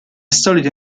solito